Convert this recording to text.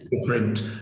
different